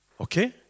Okay